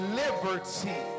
liberty